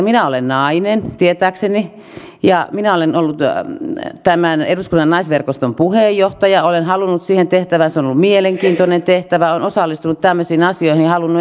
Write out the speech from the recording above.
minä olen nainen tietääkseni ja minä olen ollut tämän eduskunnan naisverkoston puheenjohtaja olen halunnut siihen tehtävään se on ollut mielenkiintoinen tehtävä olen osallistunut tämmöisiin asioihin ja halunnut edistää niitä